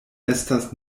estas